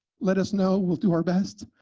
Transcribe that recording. let us know. we'll do our best.